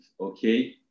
okay